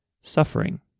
suffering